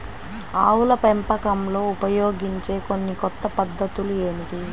ఆవుల పెంపకంలో ఉపయోగించే కొన్ని కొత్త పద్ధతులు ఏమిటీ?